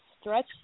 stretch